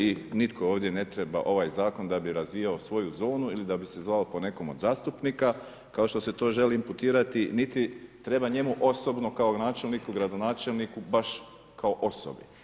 I nitko ovdje ne treba da bi ovaj zakon da bi razvijao svoju zonu ili da bi se zvao po nekom od zastupnika kao što se to želi imputirati, niti treba njemu osobno kao načelniku, gradonačelniku baš kao osobi.